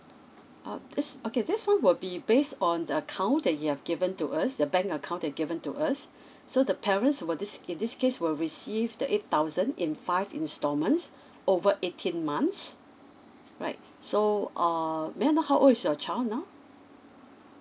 uh this okay this one will be based on the account that you have given to us your bank account that given to us so the parents will this in this case will receive the eight thousand in five instalments over eighteen months right so err may I know how old is your child now